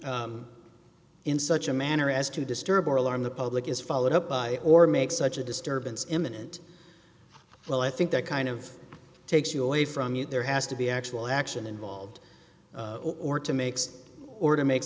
in such a manner as to disturb or alarm the public is followed up by or make such a disturbance imminent well i think that kind of takes you away from you there has to be actual action involved or to makes or to make